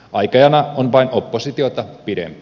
aikajana on vain oppositiota pidempi